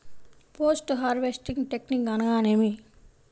Post harvesting technique అనగా నేమి?